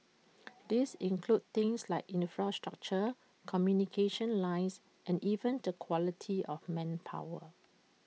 these include things like infrastructure communication lines and even the quality of manpower